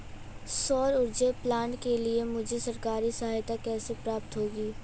सौर ऊर्जा प्लांट के लिए मुझे सरकारी सहायता कैसे प्राप्त होगी?